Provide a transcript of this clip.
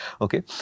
okay